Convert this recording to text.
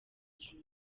ijuru